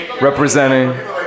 representing